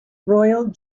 royal